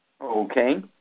Okay